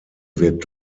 wird